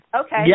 Okay